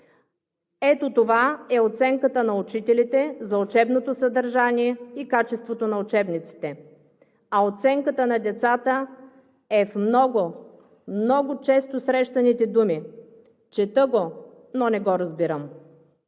Ето това е оценката на учителите за учебното съдържание и качеството на учебниците, а оценката на децата е в много, много често срещаните думи – „чета го, но не го разбирам“.